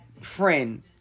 friend